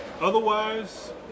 Otherwise